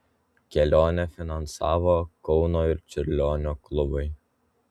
kelionę finansavo kauno ir čiurlionio klubai